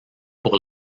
pour